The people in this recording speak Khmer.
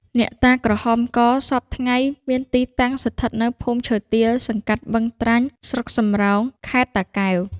អ្នកតាក្រហមកសព្វថ្ងៃមានទីតាំងស្ថិតនៅ ភូមិឈើទាល សង្កាត់បឹងត្រាញ់ ស្រុកសំរោង ខែត្រ តាកែវ ។